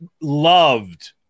loved